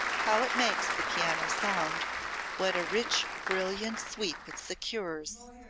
how it makes the piano sound what a rich, brilliant sweep it secures!